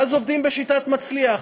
ואז עובדים בשיטת "מצליח":